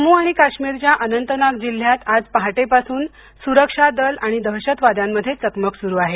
जम्मू आणि काश्मीरच्या अनंतनाग जिल्ह्यात आज पहाटेपासून सुरक्षा दल आणि दहशतवाद्यांमध्ये चकमक सुरु आहे